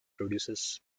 produces